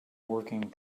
working